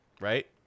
Right